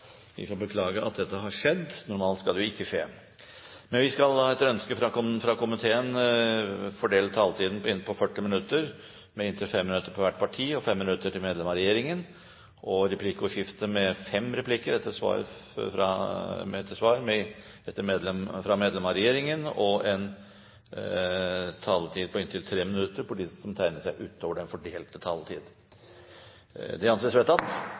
Vi får beklage at dette har skjedd. Normalt skal det ikke skje. Etter ønske fra transport- og kommunikasjonskomiteen vil presidenten foreslå at taletiden begrenses til 40 minutter og fordeles med inntil 5 minutter til hvert parti og inntil 5 minutter til medlem av regjeringen. Videre vil presidenten foreslå at det gis anledning til replikkordskifte på inntil fem replikker med svar etter innlegg fra medlem av regjeringen innenfor den fordelte taletid. Videre blir det foreslått at de som måtte tegne seg på talerlisten utover den fordelte taletid,